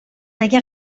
اگه